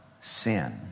sin